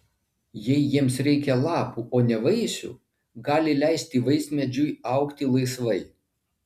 jei jiems reikia lapų o ne vaisių gali leisti vaismedžiui augti laisvai